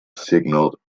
signalled